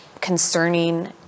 concerning